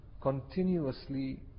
Continuously